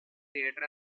theater